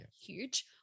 huge